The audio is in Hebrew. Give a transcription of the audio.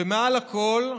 ומעל הכול,